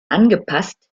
angepasst